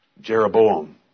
Jeroboam